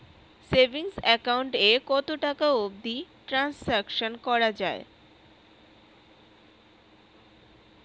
Savings account এ কতো টাকা অবধি ট্রানসাকশান করা য়ায়?